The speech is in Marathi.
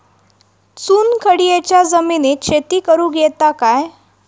चुनखडीयेच्या जमिनीत शेती करुक येता काय?